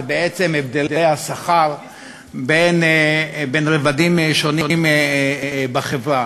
זה בעצם הבדלי השכר בין רבדים שונים בחברה,